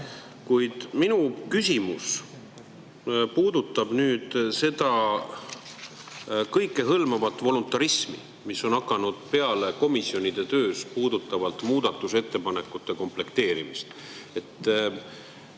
Kuid minu küsimus puudutab nüüd seda kõikehõlmavat voluntarismi, mis on [ilmnenud] komisjonide töös muudatusettepanekute komplekteerimisel.